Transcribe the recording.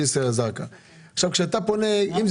קיבוץ נווה ים שהוא אגודה ופירוק שלנו והוא מוצף כבר